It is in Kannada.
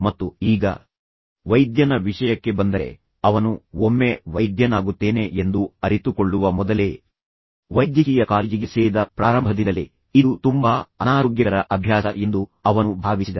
ಮತ್ತು ಈಗ ವೈದ್ಯನ ವಿಷಯಕ್ಕೆ ಬಂದರೆ ಅವನು ಒಮ್ಮೆ ವೈದ್ಯನಾಗುತ್ತೇನೆ ಅಥವಾ ಅದಕ್ಕೂ ಮೊದಲು ಒಮ್ಮೆ ವೈದ್ಯನಾಗುತ್ತೇನೆ ಎಂದು ಅರಿತುಕೊಳ್ಳುವ ಮೊದಲೇ ವೈದ್ಯಕೀಯ ಕಾಲೇಜಿಗೆ ಸೇರಿದ ಪ್ರಾರಂಭದಿಂದಲೇ ಇದು ತುಂಬಾ ಅನಾರೋಗ್ಯಕರ ಅಭ್ಯಾಸ ಎಂದು ಅವನು ಭಾವಿಸಿದನು